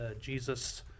Jesus